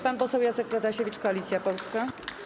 Pan poseł Jacek Protasiewicz, Koalicja Polska.